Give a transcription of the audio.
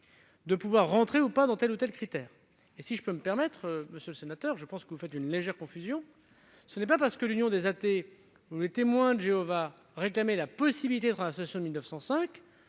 d'entrer ou non dans tel ou tel critère. Si je puis me permettre, monsieur le sénateur, je pense que vous faites une légère confusion. Ce n'est pas parce que l'Union des athées ou les Témoins de Jéhovah réclamaient la possibilité d'être une association loi de 1905